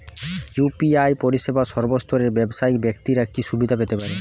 UPI পরিসেবা সর্বস্তরের ব্যাবসায়িক ব্যাক্তিরা কি সুবিধা পেতে পারে?